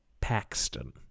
paxton